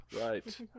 right